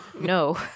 No